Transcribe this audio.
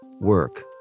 Work